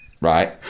right